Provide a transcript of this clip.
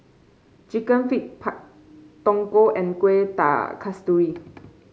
chicken feet Pak Thong Ko and Kueh Kasturi